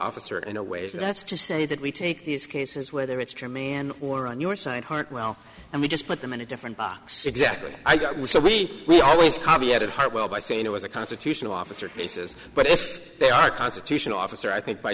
officer in a way that's to say that we take these cases whether it's true man or on your side heart well and we just put them in a different box exactly i got was a wee wee always copyedit hardwell by saying it was a constitutional officer faces but if they are constitutional officer i think by